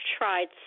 tried